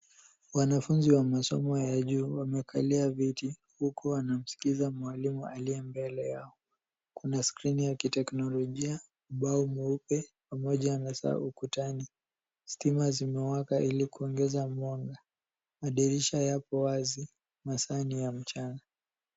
Wanafunzi wa masomo ya juu wamekalia viti huku wanamsikiza mwalimu aliye mbele yao, kuna skrini ya kiteknolojia, ubao mweupe pamoja na saa ukutani. Stima zimeweka ili kuongeza mwanga. Madirisha yapo wazi, masaa ni ya mchana.